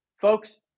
Folks